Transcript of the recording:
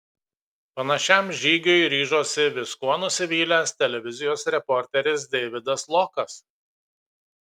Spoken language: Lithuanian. panašiam žygiui ryžosi viskuo nusivylęs televizijos reporteris deividas lokas